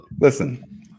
Listen